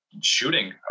shooting